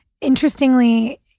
interestingly